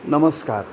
नमस्कार